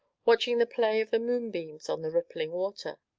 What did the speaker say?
watching the play of the moonbeams on the rippling water.